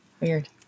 Weird